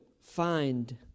find